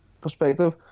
perspective